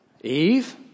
Eve